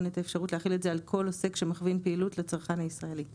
את האפשרות להחיל את זה על כל עוסק שמכווין פעילות לצרכן הישראלי.